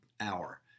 hour